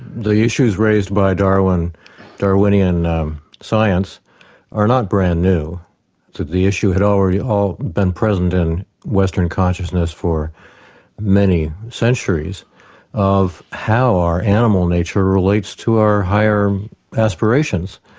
the issues raised by darwinian darwinian science are not brand new the issue had already been present in western consciousness for many centuries of how our animal nature relates to our higher aspirations.